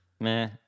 Meh